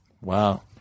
Wow